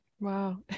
Wow